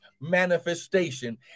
manifestation